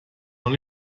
noch